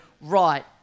right